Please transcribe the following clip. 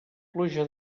pluja